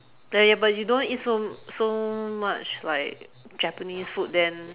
ya ya but you don't eat so so much like Japanese food then